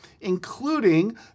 including